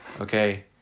Okay